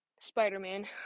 Spider-Man